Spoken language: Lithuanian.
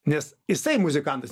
nes jisai muzikantas